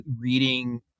reading